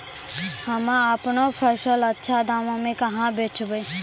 हम्मे आपनौ फसल अच्छा दामों मे कहाँ बेचबै?